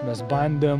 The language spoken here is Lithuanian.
mes bandėm